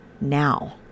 now